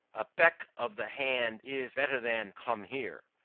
a beck of the hand is better than, come here.